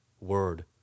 word